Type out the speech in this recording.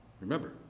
Remember